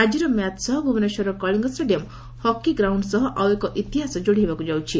ଆଜିର ମ୍ୟାଚ୍ ସହ ଭୁବନେଶ୍ୱରର କଳିଙ୍ଗ ଷ୍ଟାଡିୟମ୍ ହକି ଗ୍ରାଉଣ୍ଡ୍ ସହ ଆଉ ଏକ ଇତିହାସ ଯୋଡ଼ିହେବାକୁ ଯାଉଛି